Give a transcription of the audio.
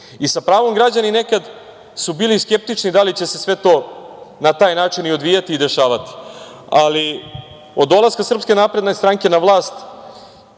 I, sa pravom građani nekad su bili skeptični da li će se sve to na taj način i odvijati i dešavati. Od dolaska SNS na vlast